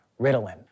Ritalin